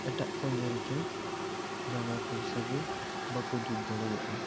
ᱮᱴᱟᱜ ᱠᱚ ᱧᱮᱞ ᱛᱮ ᱡᱟᱸᱜᱟ ᱠᱚᱞᱥᱟ ᱜᱮ ᱵᱟᱠᱚ ᱡᱩᱛ ᱫᱟᱲᱮᱭᱟᱜᱼᱟ